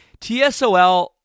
TSOL